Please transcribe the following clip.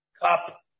cup